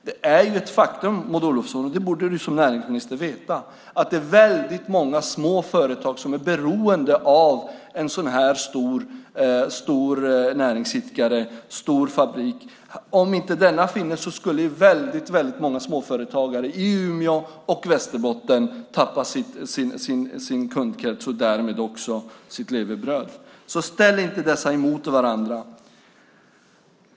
Det är ett faktum, Maud Olofsson, och det borde du som näringsminister veta, att det är väldigt många små företag som är beroende av en sådan här stor näringsidkare, en stor fabrik. Om inte detta företag funnits skulle väldigt många småföretagare i Umeå och Västerbotten tappa sin kundkrets och därmed sitt levebröd, så ställ inte dessa emot varandra!